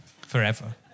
forever